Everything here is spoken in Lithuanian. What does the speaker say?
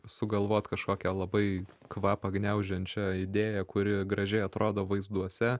sugalvot kažkokią labai kvapą gniaužiančią idėją kuri gražiai atrodo vaizduose